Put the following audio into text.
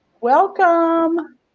Welcome